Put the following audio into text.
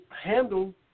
handle